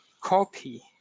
Copy